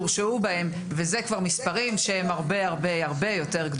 הורשעו ואלה כבר מספרים שהם הרבה יותר גבוהים.